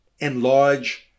enlarge